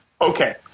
Okay